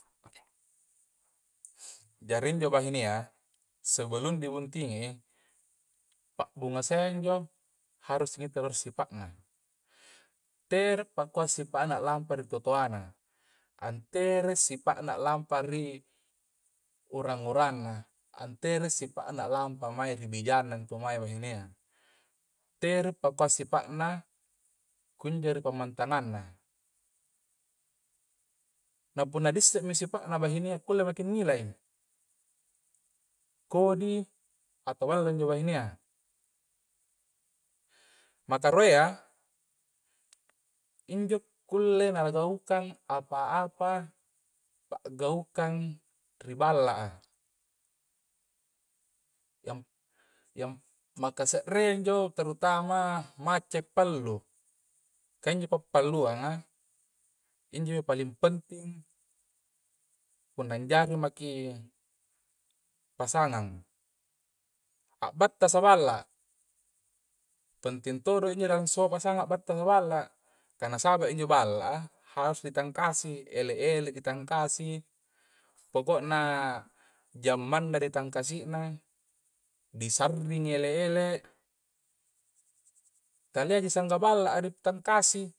Jari injo bahinea sebelum di buntingi i pabbunga sai injo haruski talusuri sipa'na tere padi kua sipa'na lampa ri totoanna, antere sipa'na lampa ri urang-urangna antere sipa'na a lampa maeng ri bijangna na intu mae ri bahinea tere pa kua sipa'na kunjo ri pamantanganna na punna di issemi pa' sipanna bahinea kulle maki nilai i kodi atau ballo injo mange bahineyya makaruayya injo kulle na kagaukang apa-apa pagaukang ri balla a yang penting yang maka se're ya injo tarutama maccai pallu, kah injo pappalua injomi paling penting punna angjari maki pasangang appatassaki balla tonting todo injo nangso bangsana appatasa balla kah nasaba injo balla a harus ditangkasi, ele-ele ditangkasi pokokna jammang na di tangkasina di sa'ring ele-ele taliaji sangka balla a ari patangkasi.